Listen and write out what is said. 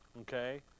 okay